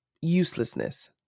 uselessness